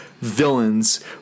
Villains